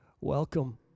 welcome